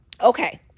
Okay